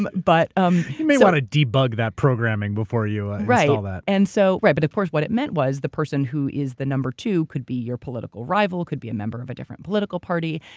and but um you may want to debug that programming before you ah install that. and so right, but of course what it meant was the person who is the number two could be your political rival, could be a member of a different political party.